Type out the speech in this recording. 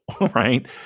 right